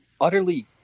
utterly